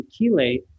chelate